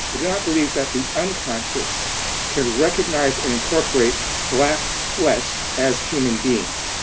i do not believe that the unconscious can recognize and incorporate black flesh as human beings.